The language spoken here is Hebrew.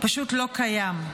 פשוט לא קיים.